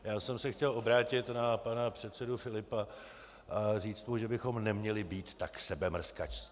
Já jsem se chtěl obrátit na pana předsedu Filipa a říci mu, že bychom neměli být tak sebemrskačští.